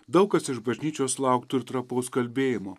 daug kas iš bažnyčios lauktų ir trapaus kalbėjimo